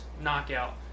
Knockout